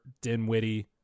Dinwiddie